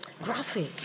Graphic